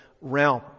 realm